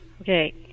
Okay